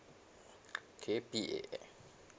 okay P_A